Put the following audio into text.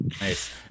nice